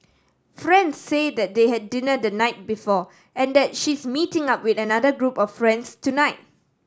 friends say that they had dinner the night before and that she's meeting up with another group of friends tonight